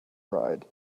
ride